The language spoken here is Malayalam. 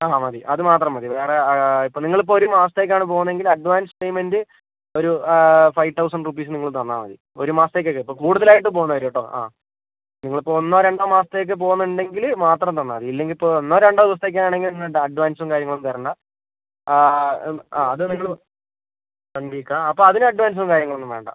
ആ മതി അതു മാത്രം മതി വേറേ ഇപ്പം നിങ്ങളിപ്പം ഒരു മാസത്തേക്ക് ആണ് പോകുന്നതെങ്കിൽ അഡ്വാൻസ് പേയ്മെൻ്റ് ഒരു ഫൈവ് തൗസൻ്റ് റുപ്പീസ് നിങ്ങൾ തന്നാൽമതി ഒരു മാസത്തേക്ക് ഒക്കെ ഇപ്പം കൂടുതലായിട്ട് പോകുന്നവർ കേട്ടോ ആ നിങ്ങൾ ഇപ്പം ഒന്നോ രണ്ടോ മാസത്തേക്ക് പോകുന്നുണ്ടെങ്കിൽ മാത്രം തന്നാൽമതി ഇല്ലെങ്കിൽ ഇപ്പം ഒന്നോ രണ്ടോ ദിവസത്തേക്ക് ആണെങ്കിൽ ഒന്നും വേണ്ട അഡ്വാൻസും കാര്യങ്ങളും ഒന്നും തരണ്ട ആ അതു നിങ്ങൾ വൺ വീക്ക് ആണോ അപ്പം അതിന് അഡ്വാൻസും കാര്യങ്ങളൊന്നും വേണ്ട